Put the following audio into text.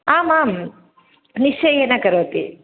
आम् आं निश्चयेन करोति